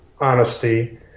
honesty